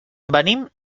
venim